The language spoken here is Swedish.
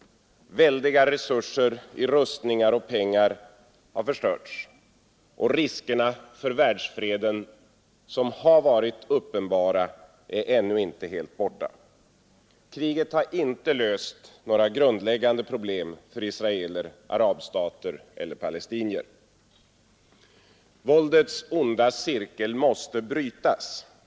Väldiga resurser i rustningar och pengar har förstörts, och riskerna för världsfreden som har varit uppenbara är ännu inte helt borta. Kriget har inte löst några grundläggande problem för israeler, araber eller palestinier. Våldets onda cirkel måste brytas.